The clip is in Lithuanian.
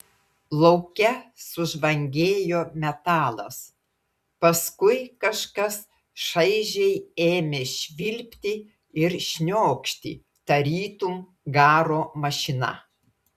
lauke sužvangėjo metalas paskui kažkas šaižiai ėmė švilpti ir šniokšti tarytum garo mašina